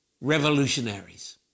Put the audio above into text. revolutionaries